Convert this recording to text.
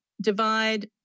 divide